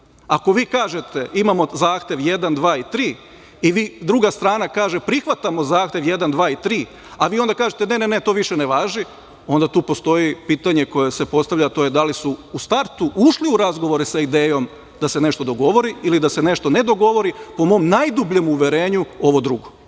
Ako vi kažete, imamo zahtev jedan, dva i tri, i druga strana kaže prihvatamo zahtev jedan, dva i tri, a, vi onda kažete, ne, ne, to više ne važi, onda tu postoji pitanje koje se postavlja, a to je da li su u startu ušli u razgovore sa idejom da se nešto dogovori, ili da se nešto ne dogovori. Po mom najdubljem uverenju ovo drugo,